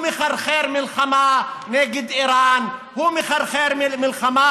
הוא מחרחר מלחמה נגד איראן, הוא מחרחר מלחמה